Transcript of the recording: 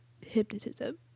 hypnotism